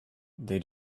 they